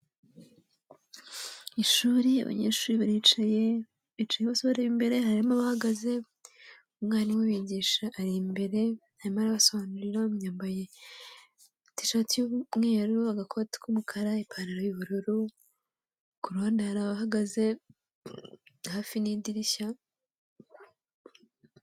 Ishuri, abanyeshuri baricaye, bicaye bose bareba imbere, harimo abahagaze, umwarimu ubigisha ari imbere arimo arabasobanurira, yambaye tishati y'umweru, agakoti k'umukara, ipantaro y'ubururu, ku ruhande hari abahagaze hafi n'idirishya.